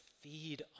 feed